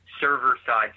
server-side